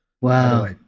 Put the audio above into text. Wow